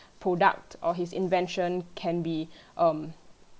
product or his invention can be um